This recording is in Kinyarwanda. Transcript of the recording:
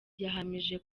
yahamije